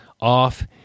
off